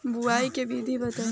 बुआई के विधि बताई?